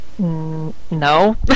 no